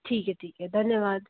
ठीक है ठीक है धन्यवाद